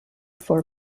for